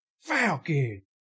Falcon